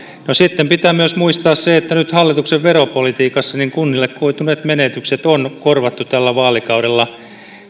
sitten pitää myös muistaa se että nyt hallituksen veropolitiikassa kunnille koituneet menetykset on korvattu tällä vaalikaudella